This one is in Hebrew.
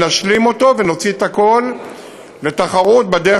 נשלים אותו ונוציא את הכול לתחרות בדרך